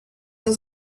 was